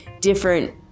different